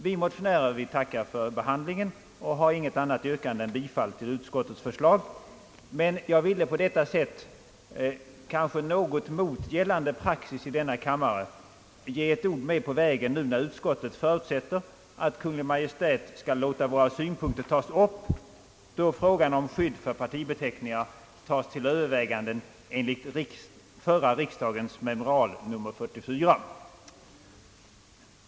Vi motionärer tackar för behandlingen och har inget annat yrkande än bifall till utskottets förslag, men jag vill på detta sätt — kanske något mot gällande praxis i denna kammare — ge ett ord med på vägen, när utskottet förutsätter att Kungl. Maj:t skall låta våra synpunkter tas upp, då frågan om skydd för partibeteckningar tas till övervägande enligt förra riksdagens memorial nr 44.